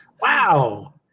Wow